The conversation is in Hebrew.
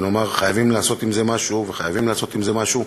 ונאמר: חייבים לעשות עם זה משהו וחייבים לעשות עם זה משהו?